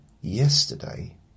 Yesterday